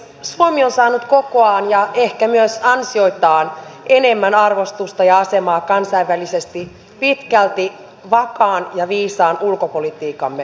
suomi on saanut kokoaan ja ehkä myös ansioitaan enemmän arvostusta ja asemaa kansainvälisesti pitkälti vakaan ja viisaan ulkopolitiikkamme ansiosta